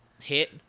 hit